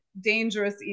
dangerous